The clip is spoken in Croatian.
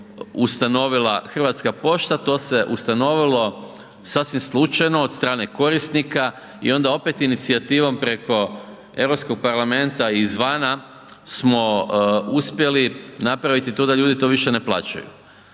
ustanovila Hrvatska pošta to se ustanovilo sasvim slučajno od strane korisnika i onda opet inicijativom preko Europskog parlamenta izvana smo uspjeli napraviti to da ljudi to više ne plaćaju.